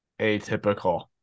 atypical